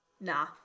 nah